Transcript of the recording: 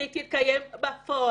שהיא תתקיים בפועל.